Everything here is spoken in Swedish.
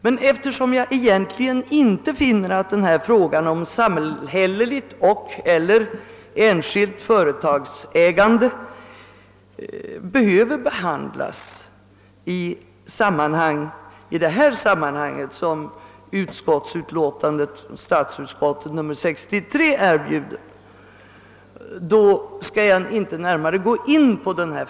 Men eftersom jag egentligen inte tycker att frågan om samhälleligt och/eller enskilt företagsägande behöver behandlas i samband med statsutskottets utlåtande nr 63, skall jag inte närmare gå in på den.